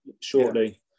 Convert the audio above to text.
shortly